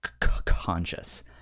conscious